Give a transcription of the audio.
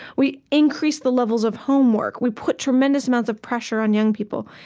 we increased the levels of homework. we put tremendous amounts of pressure on young people.